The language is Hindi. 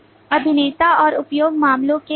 अभिनेता और उपयोग मामलों के घटक